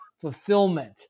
fulfillment